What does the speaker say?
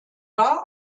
war